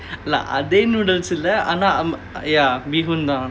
இல்ல அதே:illa athae noodle இல்ல ஆமா:illa aamaa ya bee hoon தான்:thaan